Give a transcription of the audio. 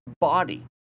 body